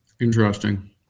Interesting